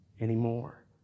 anymore